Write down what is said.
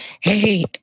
Hey